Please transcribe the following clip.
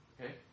Okay